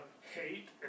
hate